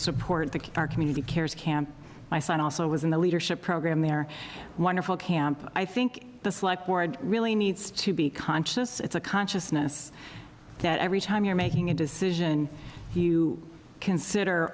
support the our community cares camp my son also was in the leadership program there are wonderful camp i think the select board really needs to be conscious it's a consciousness that every time you're making a decision you consider